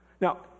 now